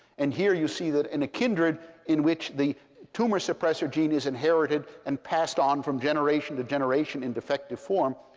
and here you see that, in a kindred in which the tumor suppressor gene is inherited and passed on from generation to generation in defective form,